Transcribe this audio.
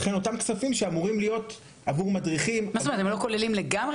לכן אותם כספים שאמורים להיות עבור מדריכים --- הם לא כוללים לגמרי,